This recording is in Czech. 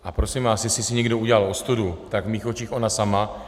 A prosím vás, jestli si někdo udělal ostudu, tak v mých očích ona sama.